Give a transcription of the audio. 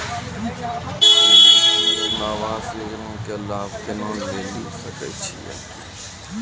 हम्मे पी.एम आवास योजना के लाभ केना लेली सकै छियै?